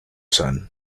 san